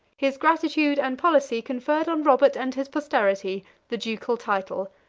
his gratitude and policy conferred on robert and his posterity the ducal title,